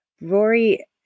Rory